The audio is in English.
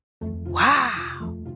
Wow